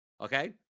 Okay